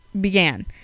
began